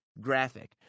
graphic